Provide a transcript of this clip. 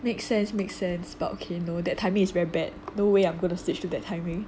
make sense make sense but okay no that timing is very bad no way I'm going to switch to that timing